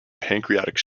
pancreatic